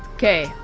okay,